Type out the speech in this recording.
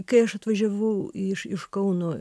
kai aš atvažiavau iš iš kauno